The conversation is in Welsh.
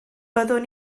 byddwn